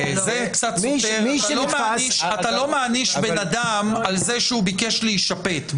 --- אתה לא מעניש בן אדם על זה שהוא ביקש להישפט.